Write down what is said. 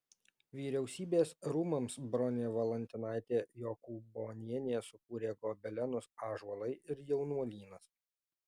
vyriausybės rūmams bronė valantinaitė jokūbonienė sukūrė gobelenus ąžuolai ir jaunuolynas